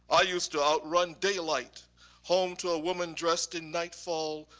i used to outrun daylight home to a woman dressed in nightfall,